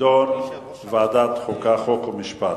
תידונה בוועדת החוקה, חוק ומשפט.